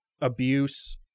abuse